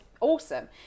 awesome